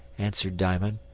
answered diamond.